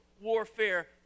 warfare